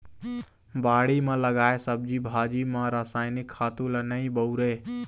बाड़ी म लगाए सब्जी भाजी म रसायनिक खातू ल नइ बउरय